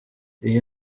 iyi